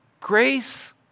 Grace